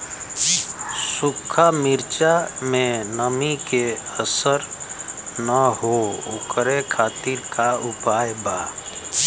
सूखा मिर्चा में नमी के असर न हो ओकरे खातीर का उपाय बा?